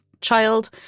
child